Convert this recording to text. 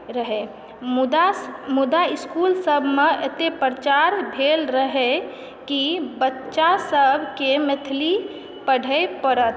रहय मुदा मुदा इस्कूलसभमऽ एतय प्रचार भेल रहय कि बच्चासभकेँ मैथिली पढ़य पड़त